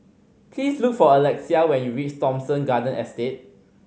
please look for Alexia when you reach Thomson Garden Estate